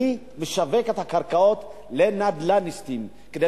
אני משווק את הקרקעות לנדל"ניסטים כדי